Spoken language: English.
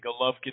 Golovkin